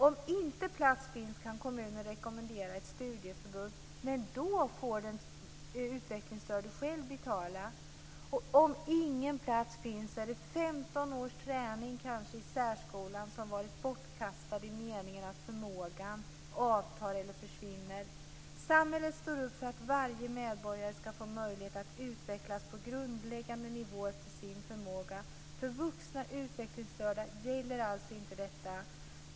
Om inte plats finns kan kommunen rekommendera ett studieförbund. Men då får den utvecklingsstörde själv betala. Om ingen plats finns har kanske 15 års träning i särskolan varit bortkastad i meningen att förmågan avtar eller försvinner. Samhället står upp för att varje medborgare ska få möjlighet att utvecklas på grundläggande nivå efter sin förmåga. För vuxna utvecklingsstörda gäller alltså inte detta.